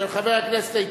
התשע"א 2011,